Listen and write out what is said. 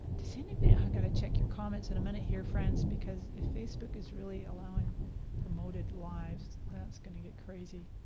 does anybody oh i've got to check your comments in a minute here friends, because if facebook is really allowing promoted lives, that's gonna get crazy.